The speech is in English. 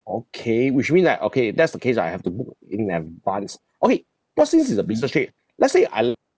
okay which means like okay if that's the case ah I have to book in advanced okay plus this is a business trip let's say I